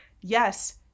yes